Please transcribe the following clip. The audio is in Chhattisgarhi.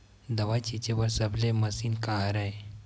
दवाई छिंचे बर सबले मशीन का हरे?